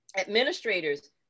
administrators